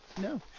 No